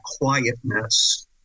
quietness